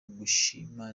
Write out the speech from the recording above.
gushimwa